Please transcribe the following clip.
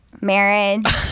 marriage